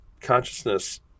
consciousness